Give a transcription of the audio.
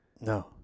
No